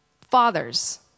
Fathers